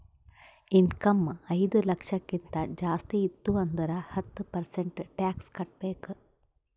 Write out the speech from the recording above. income ಐಯ್ದ ಲಕ್ಷಕ್ಕಿಂತ ಜಾಸ್ತಿ ಇತ್ತು ಅಂದುರ್ ಹತ್ತ ಪರ್ಸೆಂಟ್ ಟ್ಯಾಕ್ಸ್ ಕಟ್ಟಬೇಕ್